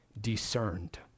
discerned